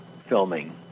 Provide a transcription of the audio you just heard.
filming